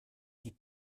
die